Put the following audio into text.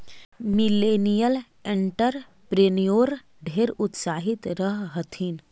millennial entrepreneur ढेर उत्साहित रह हथिन